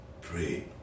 pray